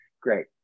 great